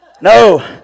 No